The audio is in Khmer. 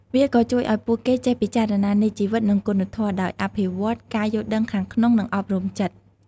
វាក៏ជួយឱ្យពួកគេចេះពិចារណានៃជីវិត និងគុណធម៌ ដោយអភិវឌ្ឍការយល់ដឹងខាងក្នុង និងអប់រំចិត្ត។